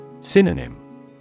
Synonym